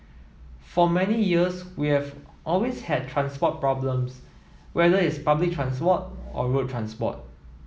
for many years we have always had transport problems whether it's public transport or road transport